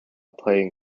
playing